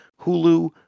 Hulu